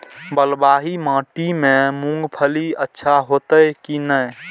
बलवाही माटी में मूंगफली अच्छा होते की ने?